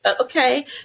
Okay